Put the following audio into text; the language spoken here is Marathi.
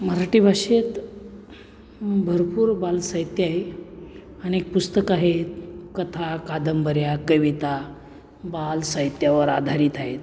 मराठी भाषेत भरपूर बालसाहित्य आहे अनेक पुस्तक आहेत कथा कादंबऱ्या कविता बालसाहित्यावर आधारित आहेत